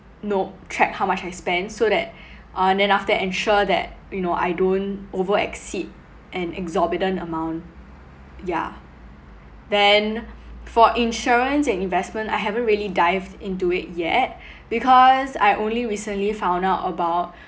know track how much I spend so that uh then I have to ensure that you know I don't over exceed an exorbitant amount yeah then for insurance and investment I haven't really dived into it yet because I only recently found out about